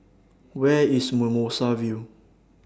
Where IS Mimosa View